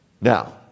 Now